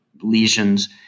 lesions